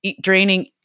draining